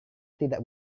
tidak